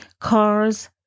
Cars